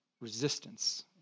resistance